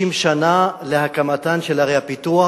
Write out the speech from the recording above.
60 שנה להקמתן של ערי הפיתוח.